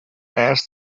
asked